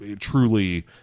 truly